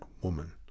woman